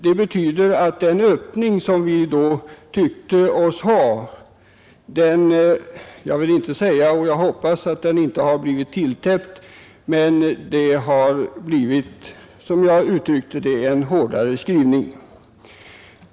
Jag vill inte säga — och jag hoppas det är riktigt — att den öppning som vi då tyckte oss ha fått, blivit tilltäppt, men det har som sagt blivit en hårdare skrivning.